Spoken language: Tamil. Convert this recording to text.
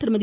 திருமதி